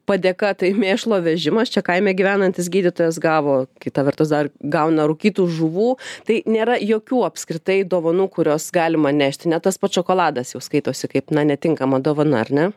padėka tai mėšlo vežimas čia kaime gyvenantis gydytojas gavo kita vertus dar gauna rūkytų žuvų tai nėra jokių apskritai dovanų kurios galima nešti net tas pat šokoladas jau skaitosi kaip na netinkama dovana ar ne